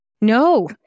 No